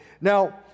Now